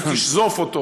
היא תשזוף.